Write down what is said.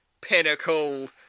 pinnacle